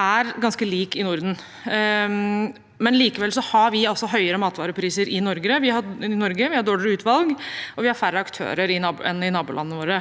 er ganske lik i Norden, men likevel har vi altså høyere matvarepriser i Norge. Vi har dårligere utvalg, og vi har færre aktører enn nabolandene våre.